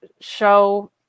show